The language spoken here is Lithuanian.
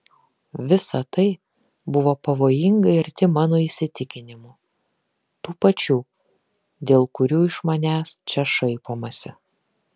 visa tai buvo pavojingai arti mano įsitikinimų tų pačių dėl kurių iš manęs čia šaipomasi